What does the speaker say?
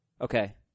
Okay